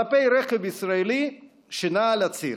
כלפי רכב ישראלי שנע על הציר.